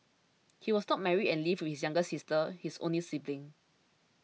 he was not married and lived with his younger sister his only sibling